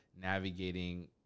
navigating